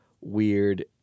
weird